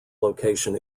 location